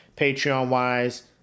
Patreon-wise